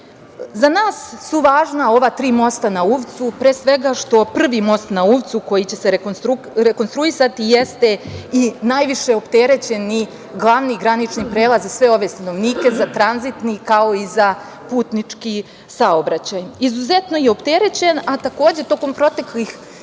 nas su važna ova tri mosta na Uvcu, pre svega, zato što prvi most na Uvcu koji će se rekonstruisati jeste i najviše opterećeni glavni granični prelaz za sve ove stanovnike, za tranzitni, kao i za putnički saobraćaj. Izuzetno je opterećen, a takođe tokom proteklih